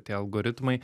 tie algoritmai